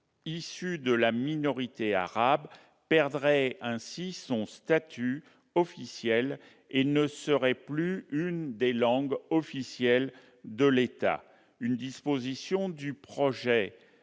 issus de la minorité arabe, perdrait ainsi son statut et ne serait plus une des langues officielles de l'État. Enfin, une disposition de ce